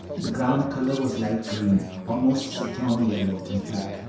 the ground color was light green, almost citron yellow, in fact,